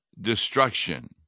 destruction